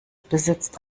besitzt